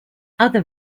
other